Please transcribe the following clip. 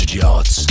yards